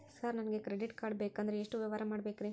Sir ನನಗೆ credit card ಬೇಕಂದ್ರೆ ಎಷ್ಟು ವ್ಯವಹಾರ ಮಾಡಬೇಕ್ರಿ?